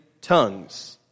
tongues